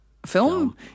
Film